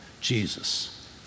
Jesus